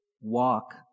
Walk